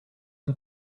een